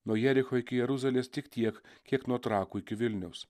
nuo jericho iki jeruzalės tik tiek kiek nuo trakų iki vilniaus